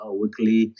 weekly